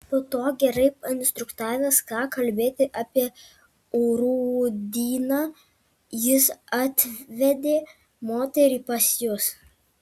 po to gerai painstruktavęs ką kalbėti apie rūdyną jis atvedė moterį pas jus